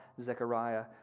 Zechariah